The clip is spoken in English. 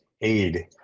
aid